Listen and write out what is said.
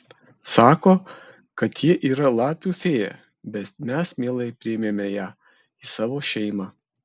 sako kad ji yra lapių fėja bet mes mielai priėmėme ją į savo šeimą